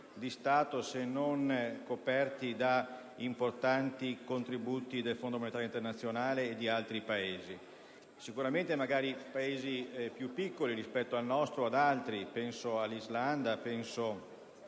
di Stato se non coperti da importanti contributi del Fondo monetario internazionale e di altri Paesi. Sicuramente in Paesi più piccoli rispetto al nostro - penso all'Islanda, ad